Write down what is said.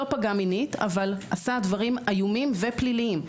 לא פגע מינית אבל עשה דברים איומים ופליליים.